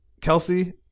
Kelsey